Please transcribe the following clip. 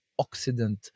oxidant